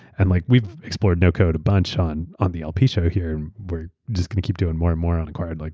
and like we've explored no-code a bunch on on the lp show here. we're just going to keep doing more and more on the card. like